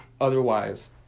otherwise